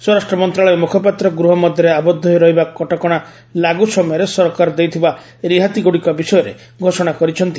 ସ୍ୱରାଷ୍ଟ୍ର ମନ୍ତ୍ରଣାଳୟ ମୁଖପାତ୍ର ଗୃହ ମଧ୍ୟରେ ଆବଦ୍ଧ ହୋଇ ରହିବା କଟକଣା ଲାଗୁ ସମୟରେ ସରକାର ଦେଇଥିବା ରିହାତିଗ୍ରଡ଼ିକ ବିଷୟରେ ଘୋଷଣା କରିଛନ୍ତି